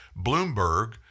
Bloomberg